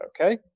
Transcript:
Okay